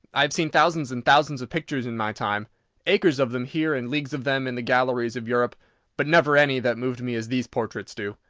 i have seen thousands and thousands of pictures in my time acres of them here and leagues of them in the galleries of europe but never any that moved me as these portraits do.